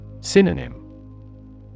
Synonym